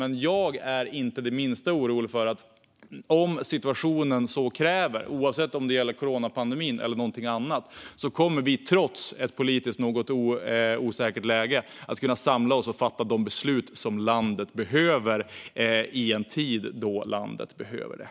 Men om situationen så kräver, oavsett om det gäller coronapandemin eller någonting annat, kommer vi trots ett politiskt något osäkert läge att kunna samla oss och fatta de beslut som krävs i en tid då landet behöver det.